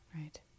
Right